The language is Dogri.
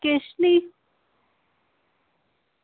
किश निं